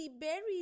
berries